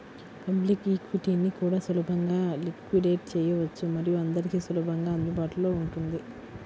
public ఈక్విటీని కూడా సులభంగా లిక్విడేట్ చేయవచ్చు మరియు అందరికీ సులభంగా అందుబాటులో ఉంటుంది